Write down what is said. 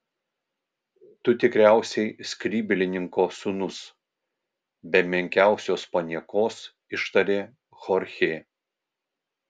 tu tikriausiai skrybėlininko sūnus be menkiausios paniekos ištarė chorchė